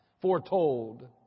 foretold